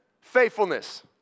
faithfulness